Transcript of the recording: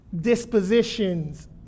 Dispositions